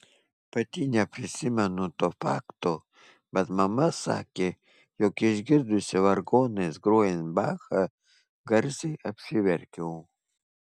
pati neprisimenu to fakto bet mama sakė jog išgirdusi vargonais grojant bachą garsiai apsiverkiau